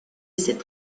cette